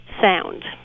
sound